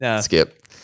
Skip